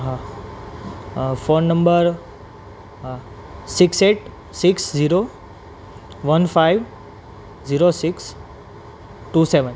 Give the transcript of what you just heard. હા હા phone number હા six eight six zero one five zero six two સેવન